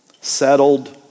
Settled